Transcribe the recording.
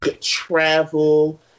Travel